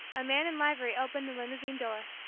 a man in livery opened the limousine door.